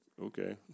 okay